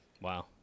Wow